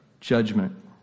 judgment